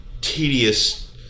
tedious